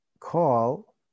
call